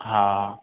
हा